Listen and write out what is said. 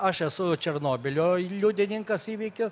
aš esu černobylio liudininkas įvykio